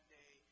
day